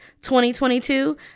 2022